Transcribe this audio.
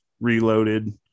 reloaded